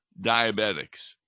diabetics